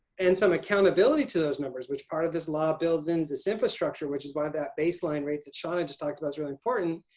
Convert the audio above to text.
and some accountability to those numbers which part of this law builds ins this infrastructure which is why that baseline rate that shawna just talked about is really important.